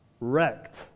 wrecked